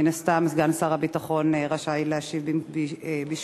מן הסתם, סגן שר הביטחון רשאי להשיב בשמו.